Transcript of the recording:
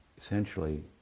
essentially